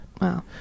Wow